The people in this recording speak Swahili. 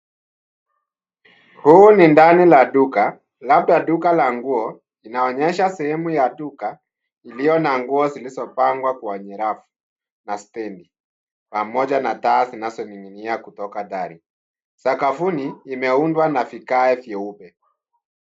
Huu ni ndani la duka, labda duka la nguo. Inaonyesha sehemu la duka iliyo na nguo zilizopangwa kwenye rafu na stendi, pamoja na taa zinazoning'inia kutoka dari. Sakafuni, imeundwa na vigae vyeupe.